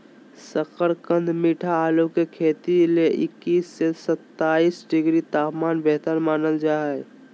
शकरकंद मीठा आलू के खेती ले इक्कीस से सत्ताईस डिग्री तापमान बेहतर मानल जा हय